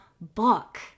book